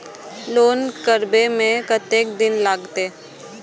Loan करबे में कतेक दिन लागते?